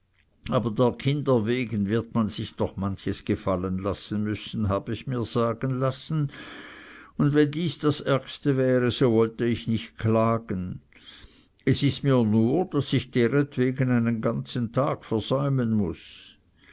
aber der kinder wegen wird man sich noch manches gefallen lassen müssen habe ich mir sagen lassen und wenn dies das ärgste wäre so wollte ich nicht klagen es ist mir nur daß ich deretwegen einen ganzen tag versäumen muß